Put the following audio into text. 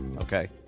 Okay